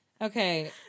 Okay